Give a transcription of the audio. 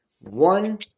one